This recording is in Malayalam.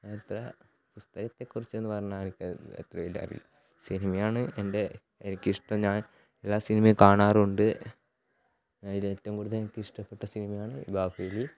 അത്ര പുസ്തകത്തെക്കുറിച്ച് എന്ന് പറഞ്ഞാൽ എനിക്ക് അത്ര വലിയ അറിവില്ല സിനിമ ആണ് എൻ്റെ എനിക്കിഷ്ടം ഞാൻ എല്ലാ സിനിമയും കാണാറുണ്ട് അതിൽ ഏറ്റവും കൂടുതൽ എനിക്ക് ഇഷ്ടപ്പെട്ട സിനിമ ആണ് ബാഹുബലി